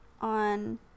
on